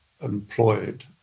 employed